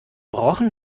rochen